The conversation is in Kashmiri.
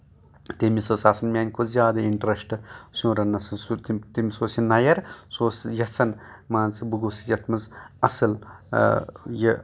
تٔمِس ٲس آسان میانہِ کھۄتہٕ زیادٕ اِنٛٹرسٹ سیُن رَنٕنَس سہُ تٔمِس اوس یہِ نَیَر سُہ اوس یژھان مان ژ بہٕ گوٚسُس یَتھ منٛز اَصٕل یہِ